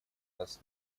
нас